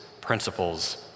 principles